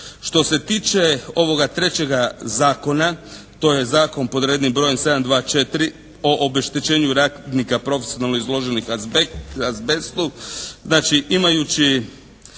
Što se tiče ovoga trećega zakona, to je zakon pod rednim brojem 724. o obeštećenju radnika profesionalno izloženih azbestu. Znači imajući